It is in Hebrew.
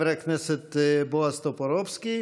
תודה, חבר הכנסת בועז טופורובסקי.